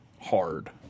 hard